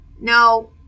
No